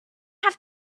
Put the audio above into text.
have